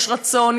יש רצון,